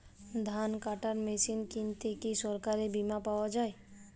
ধান কাটার মেশিন কিনতে কি সরকারী বিমা পাওয়া যায়?